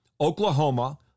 Oklahoma